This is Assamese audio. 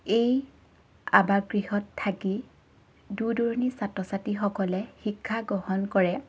এই আৱাস গৃহত থাকি দূৰ দূৰণিৰ ছাত্ৰসকলে শিক্ষা গ্ৰহণ কৰে